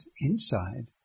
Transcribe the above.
inside